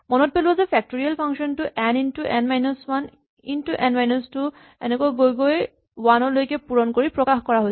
মনত পেলোৱা যে ফেক্টৰিয়েল ফাংচন টো n into n minus one into n minus two into এনেকৈ গৈ গৈ ৱান লৈকে পূৰণ কৰি প্ৰকাশ কৰা হৈছিল